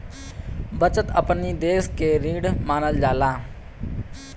बचत अपनी देस के रीढ़ मानल जाला